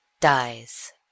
Dies